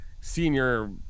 senior